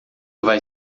vai